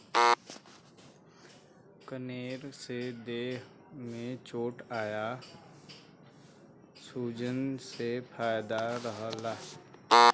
कनेर से देह में चोट या सूजन से फायदा रहला